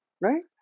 Right